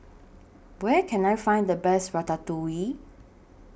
Where Can I Find The Best Ratatouille